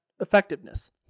effectiveness